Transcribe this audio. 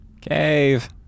Cave